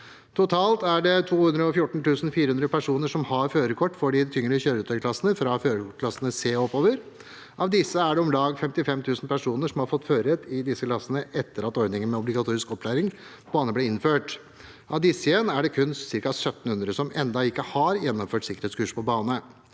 Totalt er det 214 400 personer som har førerkort for de tyngre kjøretøyklassene fra førerkortklasse C og oppover. Av disse er det om lag 55 000 personer som har fått førerrett i disse klassene etter at ordningen med obligatorisk opplæring på bane ble innført. Av disse igjen er det kun ca. 1 700 som ennå ikke har gjennomført sikkerhetskurs på bane.